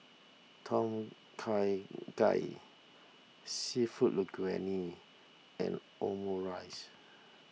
Tom Kha Gai Seafood Linguine and Omurice